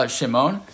Shimon